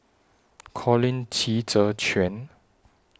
Colin Qi Zhe Quan